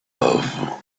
love